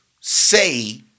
Say